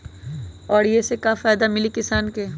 और ये से का फायदा मिली किसान के?